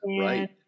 right